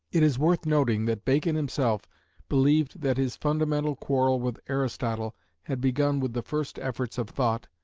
it is worth noting that bacon himself believed that his fundamental quarrel with aristotle had begun with the first efforts of thought,